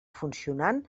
funcionant